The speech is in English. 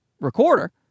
recorder